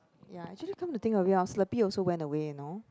ya actually come to think of it our Slurpee also went away you know